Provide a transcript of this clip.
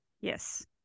Yes